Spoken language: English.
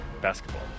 basketball